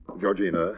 Georgina